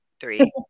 three